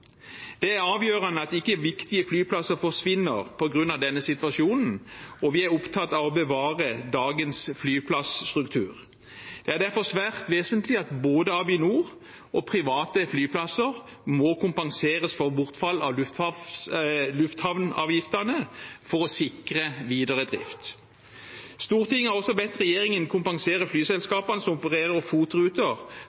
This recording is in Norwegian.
Det er avgjørende at viktige flyplasser ikke forsvinner på grunn av denne situasjonen, og vi er opptatt av å bevare dagens flyplasstruktur. Det er derfor svært vesentlig at både Avinor og private flyplasser må kompenseres for bortfall av lufthavnavgiftene for å sikre videre drift. Stortinget har også bedt regjeringen kompensere